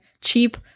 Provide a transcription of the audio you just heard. cheap